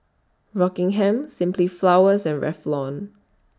Rockingham Simply Flowers and Revlon